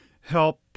help